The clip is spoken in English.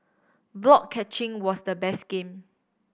block catching was the best game